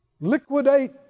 Liquidate